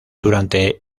durante